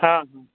हँ ह